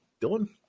Dylan